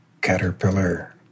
caterpillar